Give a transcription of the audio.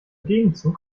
gegenzug